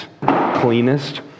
cleanest